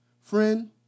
friend